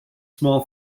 small